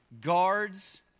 guards